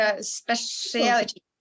speciality